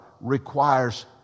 requires